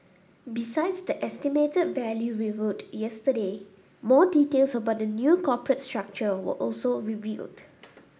besides the estimated value revealed yesterday more details about the new corporate structure were also unveiled